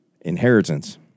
inheritance